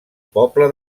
poble